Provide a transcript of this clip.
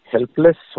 Helpless